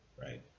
right